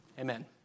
Amen